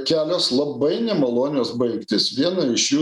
kelios labai nemalonios baigtys viena iš jų